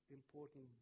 important